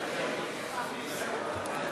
רבותי, להלן תוצאות